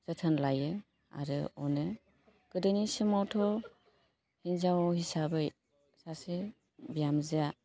जोथोन लायो आरो अनो गोदोनि समावथ' हिन्जाव हिसाबै सासे बिहामजोया